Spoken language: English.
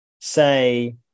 say